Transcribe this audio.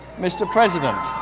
mr. president,